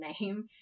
name